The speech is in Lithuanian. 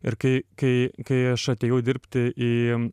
ir kai kai kai aš atėjau dirbti į